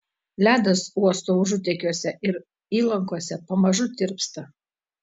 ledas uosto užutekiuose ir įlankose pamažu tirpsta